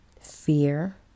fear